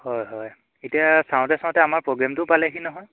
হয় হয় এতিয়া চাওঁতে চাওঁতে আমাৰ প্ৰগ্ৰেমটো পালেহি নহয়